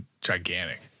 gigantic